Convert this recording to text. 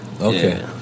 Okay